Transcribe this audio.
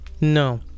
No